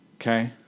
Okay